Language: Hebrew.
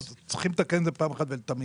צריכים לתקן את זה פעם אחת ולתמיד.